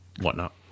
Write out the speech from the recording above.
whatnot